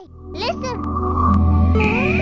listen